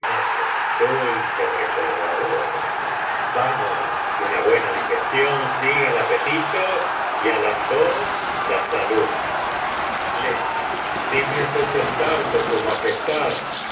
dulce recordadora vamos que una buena digestión siga al apetito y á los dos la salud dígnese sentarse su majestad